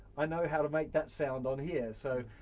i know how to make that sound on here. so,